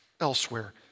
elsewhere